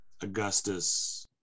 augustus